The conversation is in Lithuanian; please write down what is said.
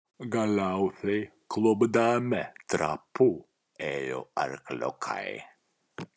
galiausiai klupdami trapu ėjo arkliukai